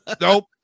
Nope